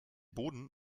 boden